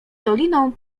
doliną